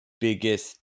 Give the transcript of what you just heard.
biggest